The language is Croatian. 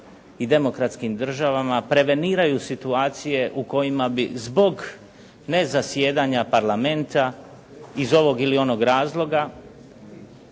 i demokratskim državama preveniraju situacije u kojima bi zbog ne zasjedanja Parlamenta iz ovog ili onog razloga